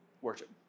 worship